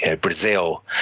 Brazil